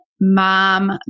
mom